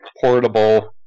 portable